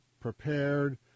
prepared